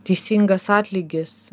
teisingas atlygis